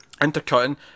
intercutting